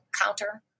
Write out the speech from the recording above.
counter